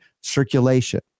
Circulation